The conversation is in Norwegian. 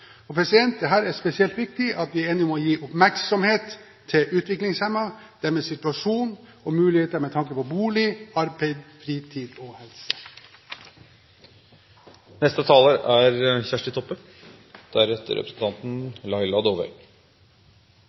er spesielt viktig at vi er enige om å gi oppmerksomhet til utviklingshemmede – deres situasjon – og muligheter med tanke på bolig, arbeid, fritid og helse.